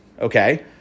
Okay